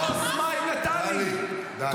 טלי, די.